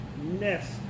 nest